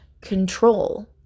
control